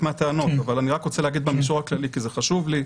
מהטענות שעלו אבל אני רק רוצה להגיד במישור הכללי כי זה חשוב לי,